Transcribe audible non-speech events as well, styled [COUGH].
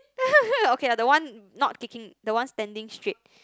[NOISE] okay the one not kicking the one standing straight